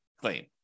claim